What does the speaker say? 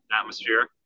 atmosphere